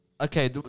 Okay